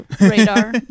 radar